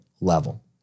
level